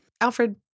Alfred